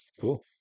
Cool